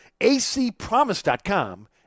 acpromise.com